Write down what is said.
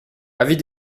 avis